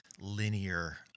linear